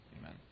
Amen